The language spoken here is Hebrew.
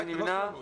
מי נמנע?